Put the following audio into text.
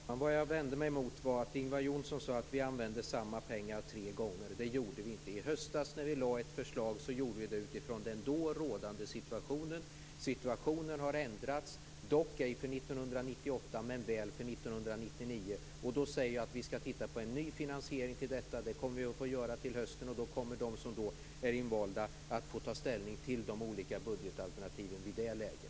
Fru talman! Det jag vände mig emot var att Ingvar Johnsson sade att vi använde samma pengar tre gånger. Det gjorde vi inte. I höstas när vi lade fram ett förslag utformade vi det utifrån den då rådande situationen. Situationen har ändrats, ej för 1998, men väl för 1999. Därför säger jag att vi skall titta närmare på en ny finansiering. Det kommer vi att få göra till hösten, och då kommer de som då är invalda att få ta ställning till de olika budgetalternativen i det läget.